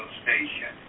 station